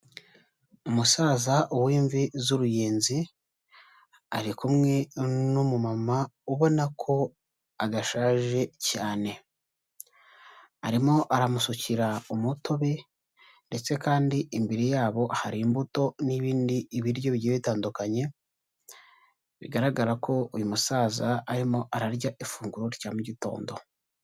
Umusaza w'imvi z'uruyenzi, ari kumwe n'umumama ubona ko adashaje cyane, arimo aramusukira umutobe ndetse kandi imbere yabo hari imbuto n'ibindi ibiryo bigiye bitandukanye, bigaragara ko uyu musaza arimo ararya ifunguro rya mu gitondo.